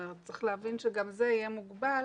צריך להבין שגם זה יהיה מוגבל,